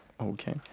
Okay